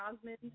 Osmond